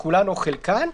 אבל כמו שחברת הכנסת יודעת